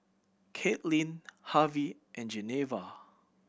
Kaitlynn Harvie and Geneva